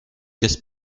casse